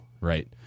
right